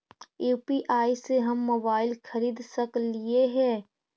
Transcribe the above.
UPI से हम mobile खरिद सकलिऐ है